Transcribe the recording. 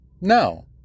No